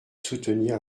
soutenir